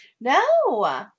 No